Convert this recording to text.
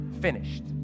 Finished